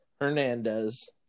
Hernandez